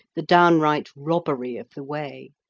the downright robbery of the way.